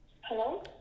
Hello